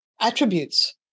attributes